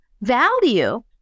value